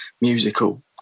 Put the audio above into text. musical